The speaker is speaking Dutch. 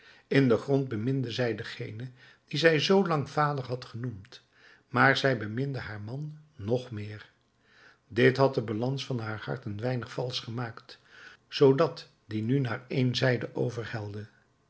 in den grond beminde zij dengene die zij zoo lang vader had genoemd maar zij beminde haar man nog meer dit had de balans van haar hart een weinig valsch gemaakt zoodat die nu naar één zijde